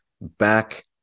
back